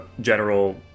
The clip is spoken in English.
general